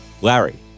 Larry